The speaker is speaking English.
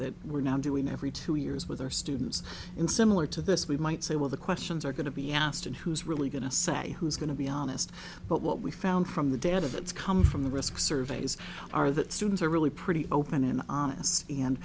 that we're now doing every two years with our students in similar to this we might say well the questions are going to be asked and who's really going to say who's going to be honest but what we found from the data that's come from the risk surveys are that students are really pretty open and honest and